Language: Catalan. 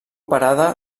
parada